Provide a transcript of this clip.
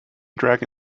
dragons